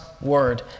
word